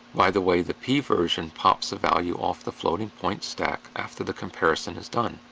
by the way, the p version pops a value off the floating point stack after the comparison is done.